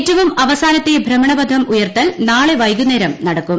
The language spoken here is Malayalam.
ഏറ്റവും അവസാനത്തെ ഭ്രമണപഥം ഉയർത്തൽ നാളെ വൈകുന്നേരം നടക്കും